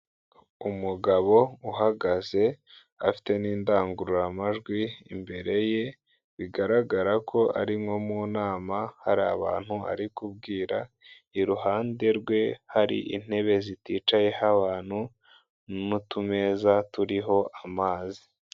Umugabo uhagaze afite n'indangururamajwi imbere ye bigaragara ko ari nko mu nama hari abantu ari kubwira, iruhande rwe hari intebe ziticayeho abantu n'utumezaza turiho amazi.